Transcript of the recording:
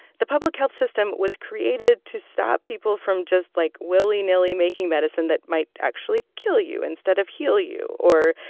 the public health system was created to stop people from just, like, willy-nilly making medicine that might actually kill you instead of heal you or,